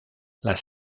las